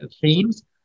themes